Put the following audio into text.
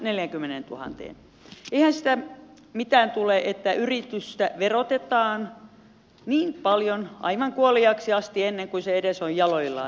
eihän siitä mitään tule että yritystä verotetaan niin paljon aivan kuoliaaksi asti ennen kuin se edes on jaloillaan